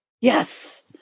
Yes